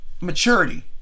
maturity